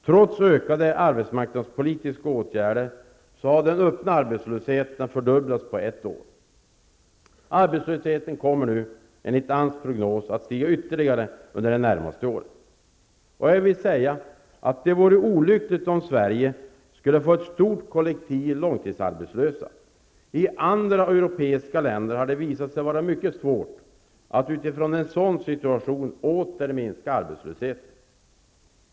Trots ökade arbetsmarknadspolitiska åtgärder har den öppna arbetslösheten fördubblats på ett år. Arbetslösheten kommer, enligt AMS prognos, att stiga ytterligare under det närmaste året. Det vore olyckligt om Sverige skulle få ett stort kollektiv långtidsarbetslösa. I andra europeiska länder har det visat sig vara mycket svårt att utifrån en sådan situation åter minska arbetslösheten.